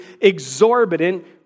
exorbitant